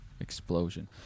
Explosion